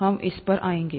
हम इस पर आएंगे